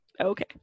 Okay